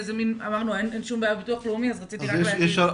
אמרנו שאין הרבה בעיות בביטוח הלאומי ורציתי להגיד שקצת יש.